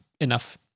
enough